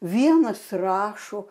vienas rašo